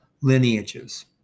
lineages